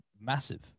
massive